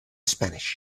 spanish